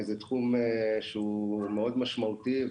כי זה תחום שהוא מאוד משמעותי,